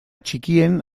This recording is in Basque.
txikien